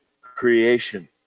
creation